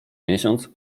miesiąc